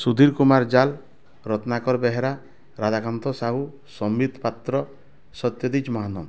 ସୁଧୀର କୁମାର ଜାଲ ରତ୍ନାକର ବେହେରା ରାଧାକାନ୍ତ ସାହୁ ସମୀତ ପାତ୍ର ସତ୍ୟଜିତ ମହାନ